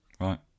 Right